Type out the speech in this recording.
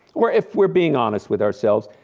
or if we're being honest with ourselves,